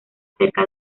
cerca